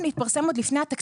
אני מדברת על שכר ברוטו.